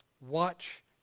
Watch